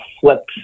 flips